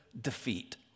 defeat